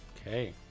Okay